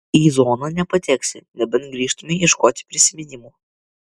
į zoną nepateksi nebent grįžtumei ieškoti prisiminimų